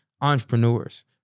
entrepreneurs